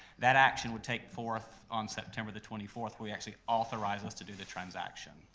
that action would take forth on september the twenty fourth where you actually authorize us to do the transaction.